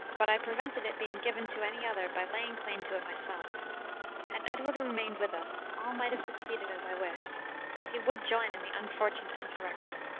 but i prevented it being given to any other by laying claim to it myself had edward remained with us, all might have succeeded as i wished but he would join in the unfortunate insurrection.